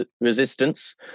resistance